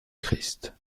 christ